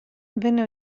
venne